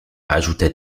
ajouta